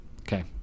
Okay